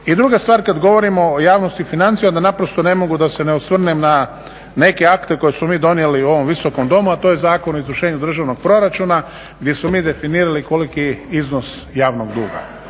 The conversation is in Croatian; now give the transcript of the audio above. I druga stvar, kada govorimo javnosti financija onda naprosto ne mogu da se ne osvrnem na neke akte koje smo mi donijeli u ovom Visokom domu, a to je Zakon o izvršenju državnog proračuna gdje smo mi definirali koliko je iznos javnog duga.